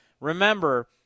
Remember